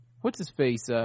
What's-his-face